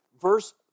verse